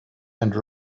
and